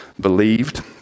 believed